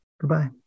Goodbye